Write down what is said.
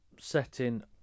setting